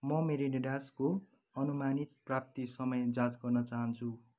म म्येरिनेडासको अनुमानित प्राप्ति समय जाँच गर्न चाहन्छु